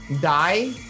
die